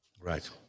Right